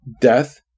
death